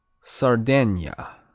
Sardinia